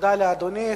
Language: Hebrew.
תודה לאדוני.